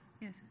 Yes